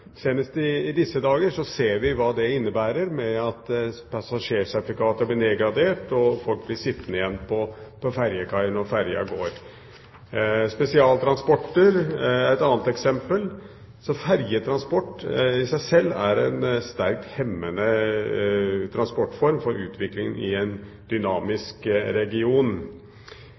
Senest i disse dager ser vi hva det innebærer, ved at passasjersertifikater blir nedgradert, og folk blir sittende igjen på ferjekaien når ferjen går. Spesialtransport er et annet eksempel. Så ferjetransport i seg selv er en sterkt hemmende transportform for utviklingen i en dynamisk region.